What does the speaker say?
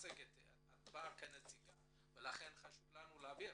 את באה כנציגה ולכן חשוב לנו להבהיר,